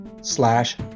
slash